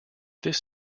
this